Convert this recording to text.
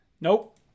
Nope